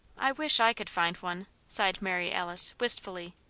i wish i could find one, sighed mary alice, wistfully.